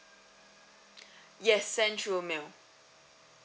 yes send through mail